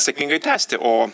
sėkmingai tęsti o